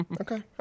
okay